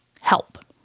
help